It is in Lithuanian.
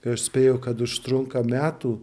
aš spėju kad užtrunka metų